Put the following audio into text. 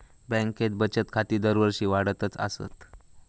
बँकेत बचत खाती दरवर्षी वाढतच आसत